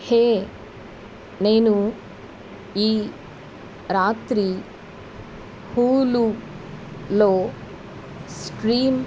హే నేను ఈ రాత్రి హులులో స్ట్రీమ్